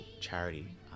charity